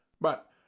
But